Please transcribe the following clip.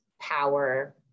power